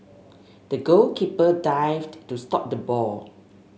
the goalkeeper dived to stop the ball